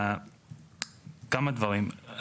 כמה דברים.